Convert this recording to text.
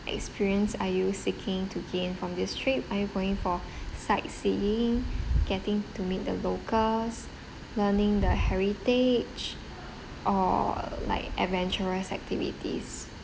experience are you seeking to gain from this trip are you going for sightseeing getting to meet the locals learning the heritage or like adventurous activities